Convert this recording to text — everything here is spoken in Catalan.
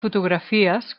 fotografies